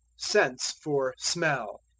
sense for smell.